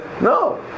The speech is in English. No